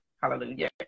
Hallelujah